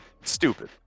Stupid